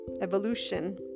evolution